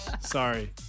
sorry